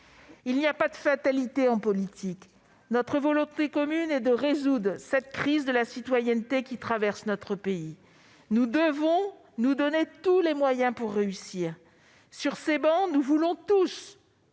Il n'y a pas de fatalité en politique. Notre volonté commune est de résoudre cette crise de la citoyenneté qui traverse notre pays. Nous devons nous donner tous les moyens pour réussir. Sur ces travées, nous voulons tous